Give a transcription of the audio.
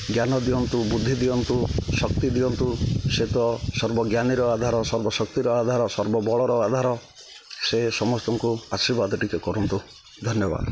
ଜ୍ଞାନ ଦିଅନ୍ତୁ ବୃଦ୍ଧି ଦିଅନ୍ତୁ ଶକ୍ତି ଦିଅନ୍ତୁ ସେତ ସର୍ବ ଜ୍ଞାନୀର ଆଧାର ସର୍ବଶକ୍ତିର ଆଧାର ସର୍ବବଳର ଆଧାର ସେ ସମସ୍ତଙ୍କୁ ଆଶୀର୍ବାଦ ଟିକେ କରନ୍ତୁ ଧନ୍ୟବାଦ